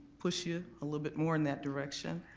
push you a little bit more in that direction